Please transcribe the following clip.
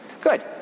Good